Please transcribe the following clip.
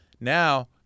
Now